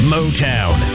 Motown